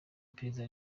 iperereza